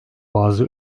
bazı